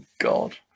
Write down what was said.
God